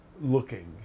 looking